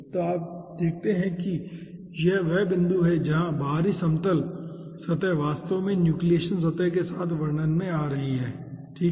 तो आप देखते हैं कि यह वह बिंदु है जहां बाहरी समतल सतह वास्तव में न्यूक्लियेशन सतह के साथ वर्णन में आ रही है ठीक है